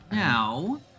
now